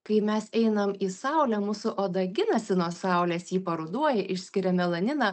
kai mes einam į saulę mūsų oda ginasi nuo saulės ji paruduoja išskiria melaniną